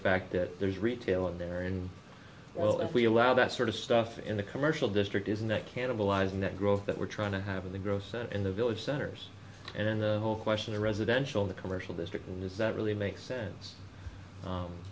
fact that there's retail in there and well if we allow that sort of stuff in the commercial district isn't that cannibalizing that growth that we're trying to have in the grocery in the village centers and the whole question of residential the commercial district and is that really makes sense